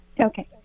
Okay